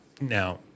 now